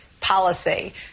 policy